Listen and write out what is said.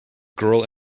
girl